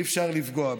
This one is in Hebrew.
אי-אפשר לפגוע בו.